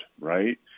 Right